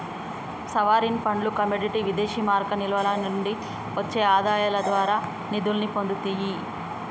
sovereign ఫండ్లు commodity విదేశీమారక నిల్వల నుండి వచ్చే ఆదాయాల ద్వారా నిధుల్ని పొందుతియ్యి